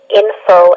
info